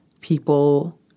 people